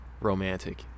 romantic